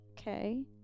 okay